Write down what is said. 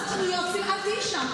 אל תהיי שם,